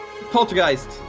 Poltergeist